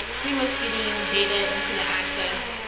pretty much getting data into the access,